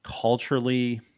culturally